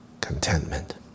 contentment